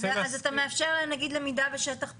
אז אתה מאפשר להם נגיד למידה בשטח פתוח.